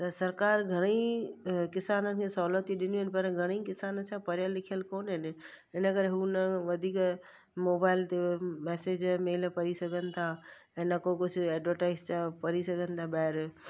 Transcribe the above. त सरकारि घणेई किसाननि खे सहूलियतूं ॾिनियूं आहिनि पर घणेई किसान छा पढ़ियल लिखियल कोननि इनकरे हू न वधीक मोबाइल ते मैसेज मेल पढ़ी सघनि था ऐं न को कुझु एडवर्टाइज जा पढ़ी सघनि था ॿाहिरि